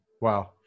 Wow